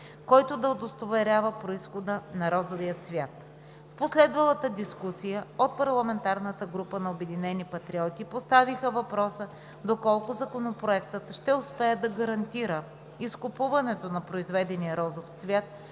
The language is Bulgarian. който да удостоверява произхода на розовия цвят. В последвалата дискусия от парламентарната група на „Обединени патриоти“ поставиха въпроса доколко Законопроектът ще успее да гарантира изкупуването на произведения розов цвят,